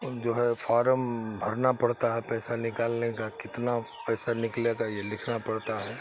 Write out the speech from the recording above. جو ہے فارم بھرنا پڑتا ہے پیسہ نکالنے کا کتنا پیسہ نکلے گا یہ لکھنا پڑتا ہے